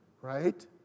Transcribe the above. right